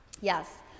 Yes